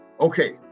okay